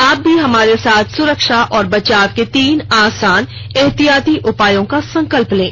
आप भी हमारे साथ सुरक्षा और बचाव के तीन आसान एहतियाती उपायों का संकल्प लें